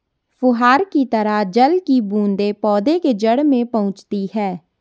फुहार की तरह जल की बूंदें पौधे के जड़ में पहुंचती है